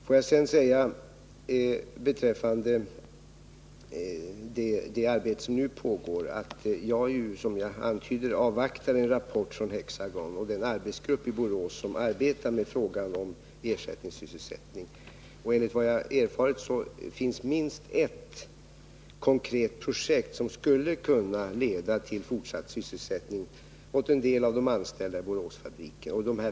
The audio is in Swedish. Låt mig sedan säga beträffande det arbete som nu pågår att jag som jag antyder i svaret avvaktar en rapport från Hexagon och den arbetsgrupp i Borås som arbetar med frågan om ersättningssysselsättning. Enligt vad jag erfarit finns minst ett konkret projekt som skulle kunna leda till fortsatt sysselsättning åt en del av de anställda i Boråsfabriken.